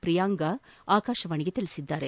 ಪ್ರಿಯಾಂಗಾ ಆಕಾಶವಾಣಿಗೆ ತಿಳಿಸಿದ್ದಾರೆ